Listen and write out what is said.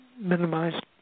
minimize